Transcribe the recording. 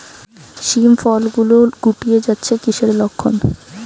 শিম ফল গুলো গুটিয়ে যাচ্ছে কিসের লক্ষন?